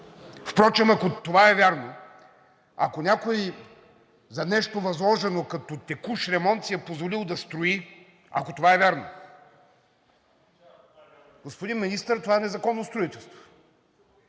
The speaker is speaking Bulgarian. Впрочем, ако това е вярно, ако някой за нещо възложено като текущ ремонт си е позволил да строи, ако това е вярно, господин Министър, това е незаконно строителство.